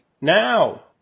now